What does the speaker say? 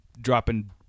dropping